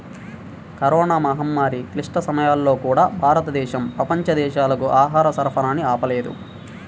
corona మహమ్మారి క్లిష్ట సమయాల్లో కూడా, భారతదేశం ప్రపంచ దేశాలకు ఆహార సరఫరాని ఆపలేదు